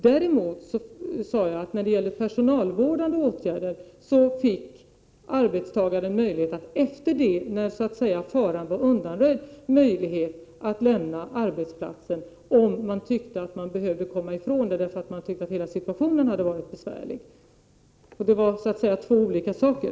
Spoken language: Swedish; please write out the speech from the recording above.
Jag sade däremot att när det gällde personalvårdande åtgärder fick arbetstagarna, efter det att så att säga faran var undanröjd, möjlighet att lämna arbetsplatsen, om de tyckte att de behövde komma ifrån arbetsplatsen därför att situationen hade varit besvärlig. Det var alltså två olika saker.